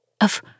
Of-